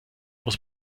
muss